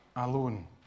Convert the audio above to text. alone